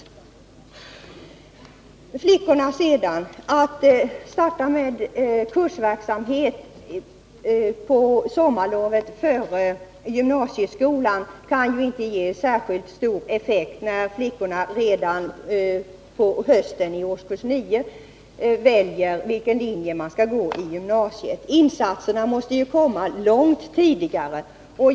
När det sedan gäller flickorna kan det ju inte ha så stor effekt att anordna en kursverksamhet på sommaren före gymnasieskolan, eftersom flickorna redan på hösten i årskurs 9 väljer vilken linje de skall läsa i gymnasieskolan. Insatserna måste komma långt tidigare.